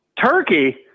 Turkey